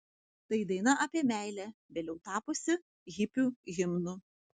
tai daina apie meilę vėliau tapusi hipių himnu